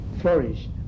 flourish